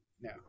No